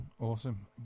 awesome